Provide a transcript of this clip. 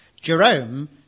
Jerome